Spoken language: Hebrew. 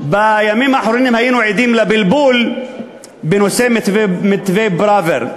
בימים האחרונים היינו עדים לבלבול בנושא מתווה פראוור.